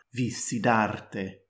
Visidarte